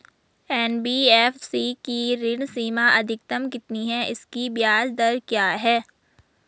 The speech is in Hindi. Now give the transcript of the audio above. एन.बी.एफ.सी की ऋण सीमा अधिकतम कितनी है इसकी ब्याज दर क्या है?